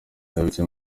idahwitse